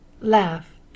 Laugh